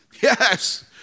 Yes